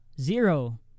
zero